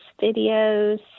videos